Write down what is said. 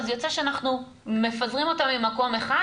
אז יוצא שאנחנו מפזרים אותם ממקום אחד,